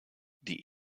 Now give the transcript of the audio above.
die